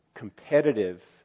competitive